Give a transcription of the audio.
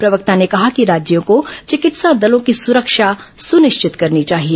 प्रवक्ता ने कहा कि राज्यों को चिकित्सा दलों की सुरक्षा सुनिश्चित करनी चाहिए